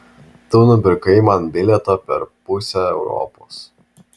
tu nupirkai man bilietą per pusę europos